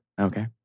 okay